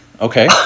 okay